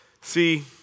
See